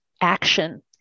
action